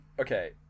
okay